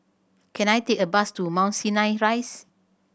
can I take a bus to Mount Sinai Rise